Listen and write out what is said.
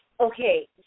Okay